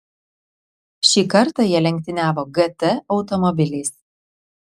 šį kartą jie lenktyniavo gt automobiliais